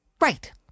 Right